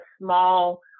small